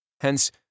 Hence